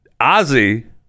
Ozzy